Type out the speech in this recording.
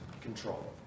control